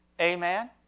Amen